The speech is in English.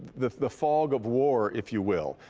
the the fog of war, if you will,